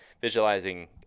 visualizing